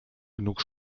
genug